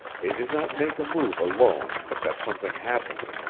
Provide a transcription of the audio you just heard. they did not make a move alone but that something happened.